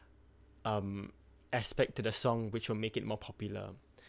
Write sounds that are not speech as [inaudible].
um aspect to the song which will make it more popular [breath]